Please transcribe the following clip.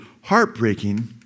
heartbreaking